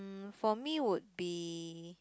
for me would be